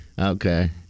Okay